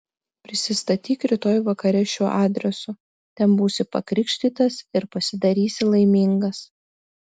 prisistatyk rytoj vakare šiuo adresu ten būsi pakrikštytas ir pasidarysi laimingas